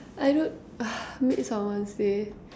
I don't made someone's day